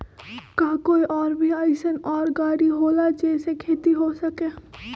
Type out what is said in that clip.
का कोई और भी अइसन और गाड़ी होला जे से खेती हो सके?